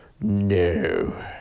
no